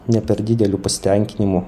ne per dideliu pasitenkinimu